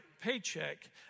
paycheck